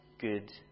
good